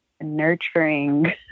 nurturing